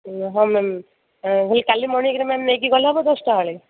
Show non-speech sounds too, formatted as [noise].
ହଉ ମ୍ୟାମ୍ [unintelligible] ହେଲେ କାଲି ମର୍ନିଙ୍ଗ୍ରେ ମ୍ୟାମ୍ ନେଇକି ଗଲେ ହେବ ଦଶଟା ବେଳେ